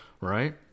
right